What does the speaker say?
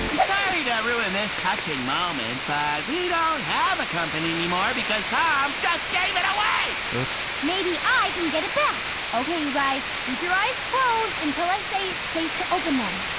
sorry to ruin this touching moment but we don't have a company anymore because tom just gave it away! oops. maybe i can get it back. okay you guys keep your eyes closed until i say it's safe to open them.